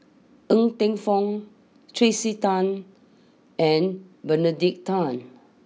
Ng Teng Fong Tracey Tan and Benedict Tan